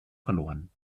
verloren